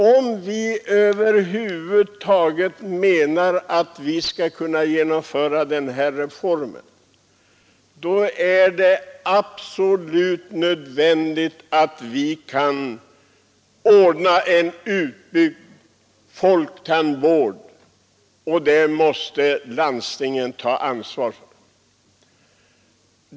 Om vi menar att vi över huvud taget skall kunna genomföra den här reformen är det absolut nödvändigt att vi kan ordna en utbyggd folktandvård, och den måste landstingen ta ansvar för.